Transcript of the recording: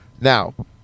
Now